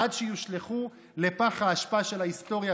עד שיושלכו לפח האשפה של ההיסטוריה,